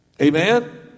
Amen